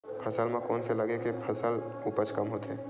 फसल म कोन से लगे से फसल उपज कम होथे?